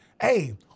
hey